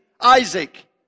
Isaac